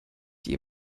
die